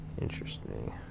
Interesting